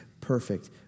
perfect